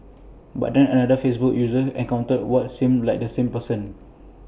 but then another Facebook user encountered what seemed like the same person